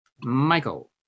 Michael